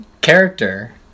character